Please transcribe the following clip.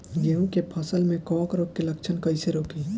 गेहूं के फसल में कवक रोग के लक्षण कईसे रोकी?